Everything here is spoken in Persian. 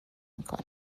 میکنه